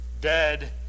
dead